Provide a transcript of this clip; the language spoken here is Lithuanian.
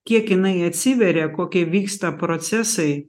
kiek jinai atsiveria kokie vyksta procesai